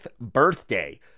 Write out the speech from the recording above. birthday